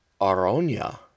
Aronia